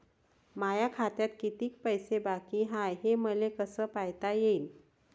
माया खात्यात कितीक पैसे बाकी हाय हे मले कस पायता येईन?